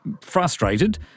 frustrated